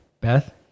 Beth